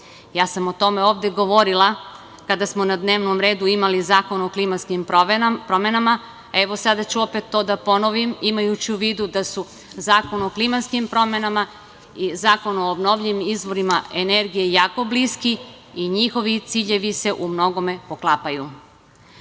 sam o tome ovde govorila kada smo na dnevnom redu imali Zakon o klimatskim promenama, a evo, sada ću opet to da ponovim, imajući u vidu da su Zakon o klimatskim promenama i Zakon o obnovljivim izvorima energije jako bliski i njihovi ciljevi se u mnogome poklapaju. Usled